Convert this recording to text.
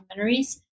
documentaries